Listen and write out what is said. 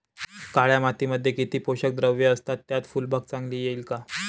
काळ्या मातीमध्ये किती पोषक द्रव्ये असतात, त्यात फुलबाग चांगली येईल का?